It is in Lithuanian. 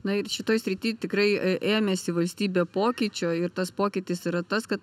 na ir šitoj srity tikrai ėmėsi valstybė pokyčio ir tas pokytis yra tas kad